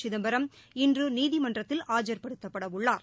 சிதம்பரம் இன்று நீதிமன்றத்தில் ஆஜா்படுத்தப்படவுள்ளார்